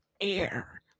air